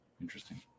Interesting